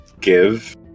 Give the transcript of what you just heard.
give